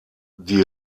die